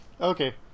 Okay